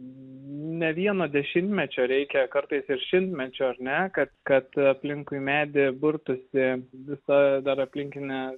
ne vieno dešimtmečio reikia kartais ir šimtmečio ar ne kad kad aplinkui medį burtųsi visa dar aplinkinė